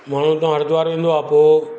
माण्हू त हरिद्वार वेंदो आहे पोइ